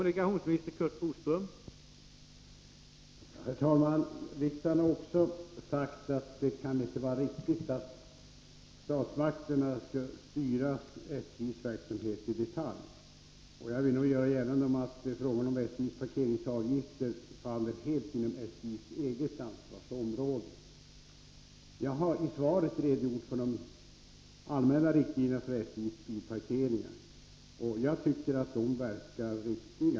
Herr talman! Riksdagen har förklarat att det inte kan vara riktigt att statsmakterna skall styra SJ:s verksamhet i detalj. Jag vill nog göra gällande att frågan om SJ:s parkeringsavgifter faller helt inom SJ:s eget ansvarsområde. Jag har i svaret redogjort för de allmänna riktlinjerna för SJ:s bilparkeringar. Jag tycker att de verkar riktiga.